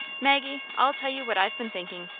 maggie, i'll tell you what i've been thinking.